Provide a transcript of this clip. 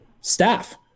staff